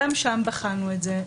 גם שם בחנו את זה,